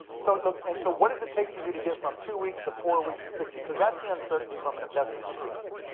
so and so what does it take for you to get from two weeks to four weeks to six weeks? cause that's the uncertainty from an investor's perspective.